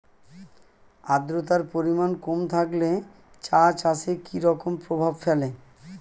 আদ্রতার পরিমাণ কম থাকলে চা চাষে কি রকম প্রভাব ফেলে?